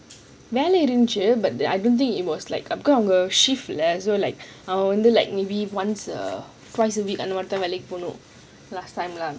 வெள இருந்துச்சி அக்கா:wela irunthuchi akka shift ல அதனால:la athanaala so like ஒரு:oru like maybe once or twice a week தான் வெள கு போகணும்:thaan wela ku pohanum